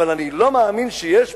אבל אני לא מאמין שיש פה,